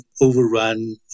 overrun